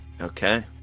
Okay